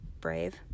brave